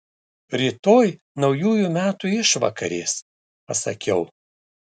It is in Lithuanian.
rytoj naujųjų metų išvakarės pasakiau